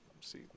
see